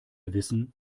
wissen